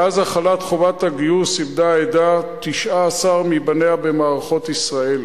מאז החלת חובת הגיוס איבדה העדה 19 מבניה במערכות ישראל.